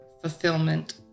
fulfillment